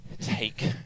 take